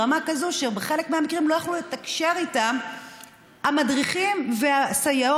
ברמה כזו שבחלק מהמקרים לא יכלו לתקשר איתם המדריכים והסייעות.